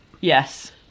Yes